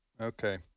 Okay